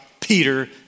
Peter